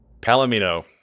Palomino